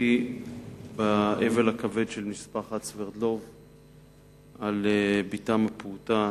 השתתפותי באבל הכבד של משפחת סברדלוב על בתם הפעוטה